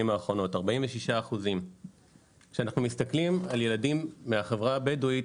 האחרונות 46%. כשאנחנו מסתכלים על ילדים מהחברה הבדווית,